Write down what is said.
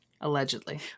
Allegedly